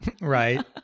Right